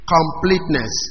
Completeness